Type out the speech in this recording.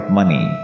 Money